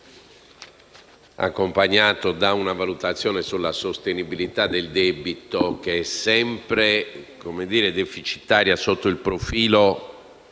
accompagnate da una valutazione sulla sostenibilità del debito che è sempre deficitaria sotto il profilo